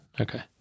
Okay